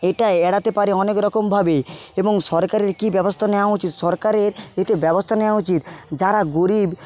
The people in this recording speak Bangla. এটা এড়াতে পারে অনেক রকমভাবে এবং সরকারের কি ব্যবস্থা নেওয়া উচিত সরকারের এতে ব্যবস্থা নেওয়া উচিত যারা গরীব